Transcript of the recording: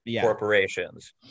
corporations